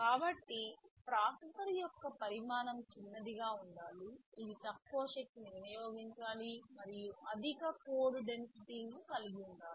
కాబట్టి ప్రాసెసర్ యొక్క పరిమాణం చిన్నదిగా ఉండాలి ఇది తక్కువ శక్తిని వినియోగించాలి మరియు అధిక కోడ్ డెన్సిటీను కలిగి ఉండాలి